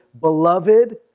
beloved